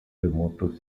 remotos